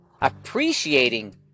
appreciating